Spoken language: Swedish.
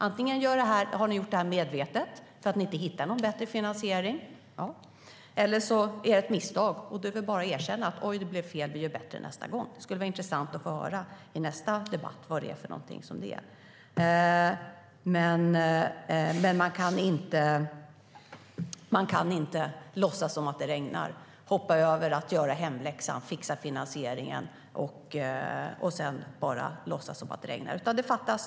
Antingen har ni gjort detta medvetet, för att ni inte hittar någon bättre finansiering, eller så är det ett misstag, och då är det bara att erkänna att det blev fel och att ni får göra bättre nästa gång. Det skulle vara intressant att få höra i nästa debatt vilket av detta som är fallet. Man kan inte låtsas som om det regnar, hoppa över att göra sin hemläxa och strunta i att fixa finansieringen.